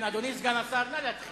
אדוני חבר הכנסת סגן השר, נא להתחיל.